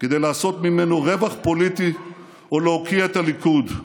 כדי לעשות ממנו רווח פוליטי ולהוקיע את הליכוד.